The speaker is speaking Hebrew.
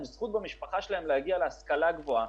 זכות במשפחה שלהם להגיע להשכלה גבוהה.